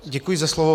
Děkuji za slovo.